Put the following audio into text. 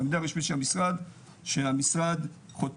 העמדה הרשמית של המשרד שהמשרד חותר